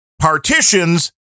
partitions